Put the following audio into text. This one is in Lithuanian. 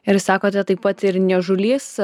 ir sakote taip pat ir niežulys